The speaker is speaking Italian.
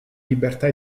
libertà